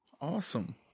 awesome